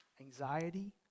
anxiety